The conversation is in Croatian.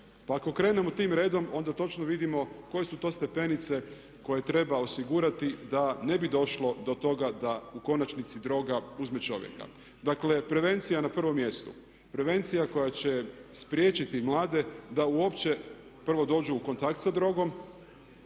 Pa ako krenemo tim redom, onda točno vidimo koje su to stepenice koje treba osigurati da ne bi došlo do toga da u konačnici droga uzme čovjeka. Dakle, prevencija na prvom mjestu. Prevencija koja će spriječiti mlade da uopće prvo dođu u kontakt sa drogom,